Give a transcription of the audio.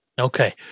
Okay